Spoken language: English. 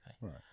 Right